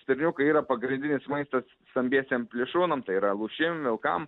stirniukai yra pagrindinis maistas stambiesiem plėšrūnam tai yra lūšim vilkam